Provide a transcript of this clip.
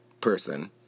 Person